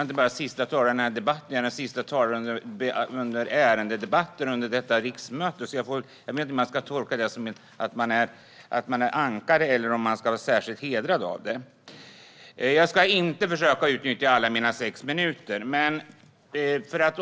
inte bara den sista talaren i denna debatt utan även den sista talaren i ärendedebatter under detta riksmöte. Jag vet inte om jag ska tolka det som att jag är ett ankare eller om jag ska vara särskilt hedrad av det. Jag ska inte försöka att utnyttja alla de sex minuter som jag har i talartid.